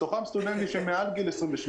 מתוכם סטודנטים שהם מעל גיל 28,